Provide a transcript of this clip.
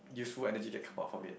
useful energy that come out from it